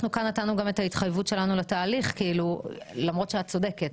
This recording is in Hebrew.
אנחנו כאן נתנו את ההתחייבות שלנו לתהליך למרות שאת צודקת